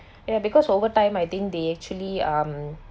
ya because over time I think they actually um